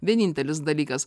vienintelis dalykas